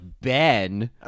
Ben